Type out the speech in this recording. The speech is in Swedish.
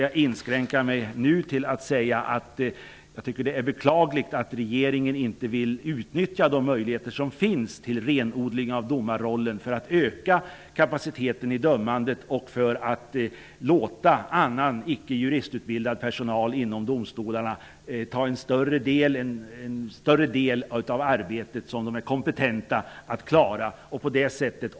Jag inskränker mig till att säga att det är beklagligt att regeringen inte utnyttjar de möjligheter som finns till en renodling av domarrollen, för att öka kapaciteten i dömandet och för att låta annan icke juristutbildad personal inom domstolarna ta över den större del av det arbete som de är kompetenta nog att klara.